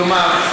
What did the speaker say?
כלומר,